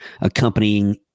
accompanying